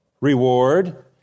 reward